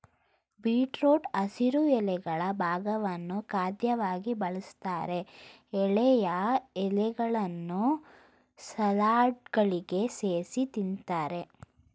ಬೀಟ್ರೂಟ್ನ ಹಸಿರು ಎಲೆಗಳ ಭಾಗವನ್ನು ಖಾದ್ಯವಾಗಿ ಬಳಸ್ತಾರೆ ಎಳೆಯ ಎಲೆಗಳನ್ನು ಸಲಾಡ್ಗಳಿಗೆ ಸೇರ್ಸಿ ತಿಂತಾರೆ